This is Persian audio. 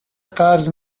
قرض